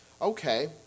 Okay